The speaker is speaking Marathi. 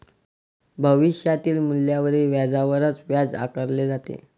भविष्यातील मूल्यावरील व्याजावरच व्याज आकारले जाते